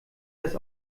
das